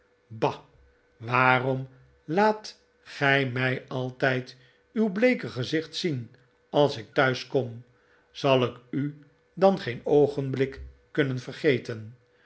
bah waarom laat gij mij altijd uw bleeke gezicht zien als ik thuis kom zal ik u dan geen oogenblik kunnen vergeten